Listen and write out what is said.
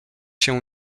się